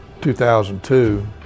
2002